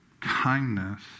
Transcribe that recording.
kindness